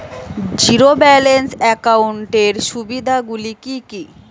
Zero balance একাউন্টের সুবিধা গুলি কি কি?